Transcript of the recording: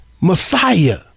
Messiah